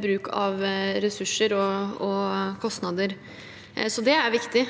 bruk av både ressurser og kostnader. Det er viktig.